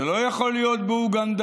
זה לא יכול להיות באוגנדה,